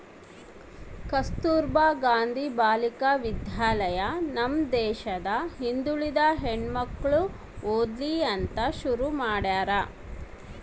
ಕಸ್ತುರ್ಭ ಗಾಂಧಿ ಬಾಲಿಕ ವಿದ್ಯಾಲಯ ನಮ್ ದೇಶದ ಹಿಂದುಳಿದ ಹೆಣ್ಮಕ್ಳು ಓದ್ಲಿ ಅಂತ ಶುರು ಮಾಡ್ಯಾರ